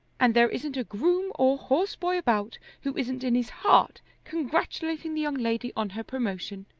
and there isn't a groom or horseboy about who isn't in his heart congratulating the young lady on her promotion.